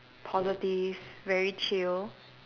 positive very chill